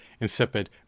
insipid